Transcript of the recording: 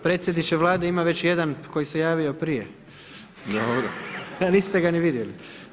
Predsjedniče Vlade ima već jedan koji se javio prije, a niste ga ni vidjeli.